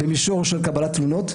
במישור של קבלת תלונות,